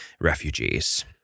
refugees